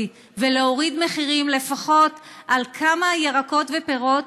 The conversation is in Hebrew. ולהוריד מחירים לפחות מכמה ירקות ופירות,